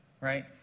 right